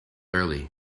early